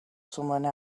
someone